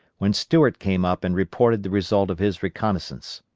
when stuart came up and reported the result of his reconnoissance.